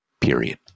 Period